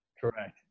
Correct